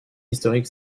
historic